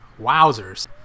Wowzers